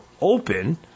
open